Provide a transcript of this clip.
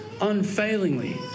unfailingly